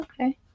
Okay